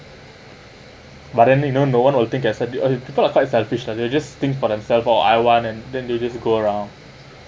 but then you know no one will think I said it uh people are quite selfish lah they'll just think for themselves oh I want and then they just go around